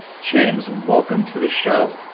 james, welcome to the show.